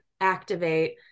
activate